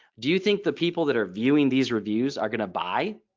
do you think the people that are viewing these reviews are going to buy?